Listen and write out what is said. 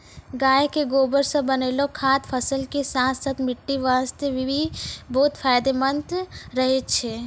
गाय के गोबर सॅ बनैलो खाद फसल के साथॅ साथॅ मिट्टी वास्तॅ भी बहुत फायदेमंद रहै छै